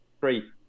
three